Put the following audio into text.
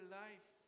life